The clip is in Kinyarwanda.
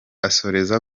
asoreza